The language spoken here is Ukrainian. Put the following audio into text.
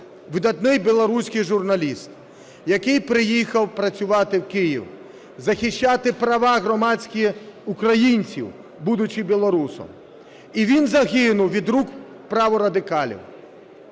видатний білоруський журналіст, який приїхав працювати в Київ, захищати права громадські українців, будучи білорусом, і він загинув від рук праворадикалів.